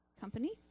company